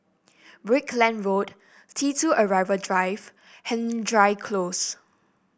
Brickland Road T two Arrival Drive Hendry Close